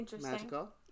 magical